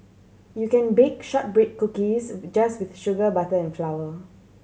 you can bake shortbread cookies just with sugar butter and flour